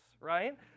right